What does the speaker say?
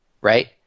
right